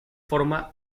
forma